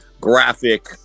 graphic